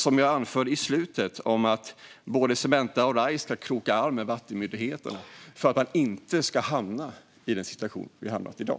Som jag nämnde ska både Cementa och Rise kroka arm med vattenmyndigheterna för att vi inte åter ska hamna i den situation vi har i dag.